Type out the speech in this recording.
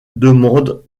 demande